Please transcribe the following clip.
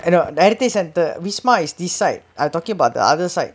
no no heritage centre wisma is this side I'm talking about the other side